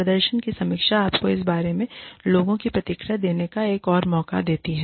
प्रदर्शन की समीक्षा आपको इस बारे में लोगों की प्रतिक्रिया देने का एक और मौका देती है